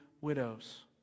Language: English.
widows